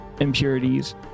impurities